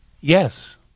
yes